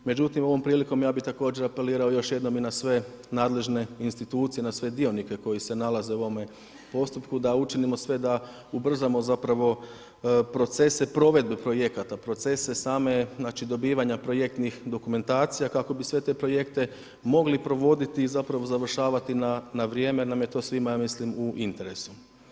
Međutim ovom prilikom ja bih također apelirao još jednom i na sve nadležne institucije, na sve dionike koji se nalaze u ovome postupku da učinimo sve da ubrzamo zapravo procese provedbe projekata, procese same dobivanja projektnih dokumentacija kako bi sve te projekte mogli provoditi i zapravo završavati na vrijeme jer nam je to svima ja mislim u interesu.